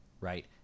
right